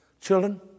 Children